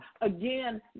again